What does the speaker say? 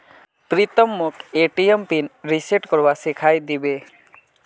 प्रीतम मोक ATM pin reset करवा सिखइ दी बे